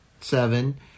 seven